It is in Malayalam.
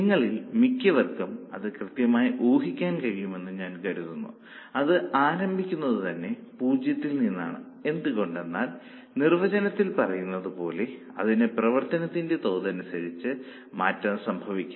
നിങ്ങളിൽ മിക്കവർക്കും അത് കൃത്യമായി ഊഹിക്കാൻ കഴിയുമെന്ന് ഞാൻ കരുതുന്നു അത് ആരംഭിക്കുന്നതുതന്നെ 0 ത്തിൽ നിന്നാണ് എന്തുകൊണ്ടെന്നാൽ നിർവചനത്തിൽ പറയുന്നതുപോലെ അതിന് പ്രവർത്തനത്തിന്റെ തോതനുസരിച്ച് മാറ്റം സംഭവിക്കും